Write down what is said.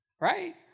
right